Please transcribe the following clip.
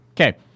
Okay